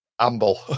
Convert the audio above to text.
amble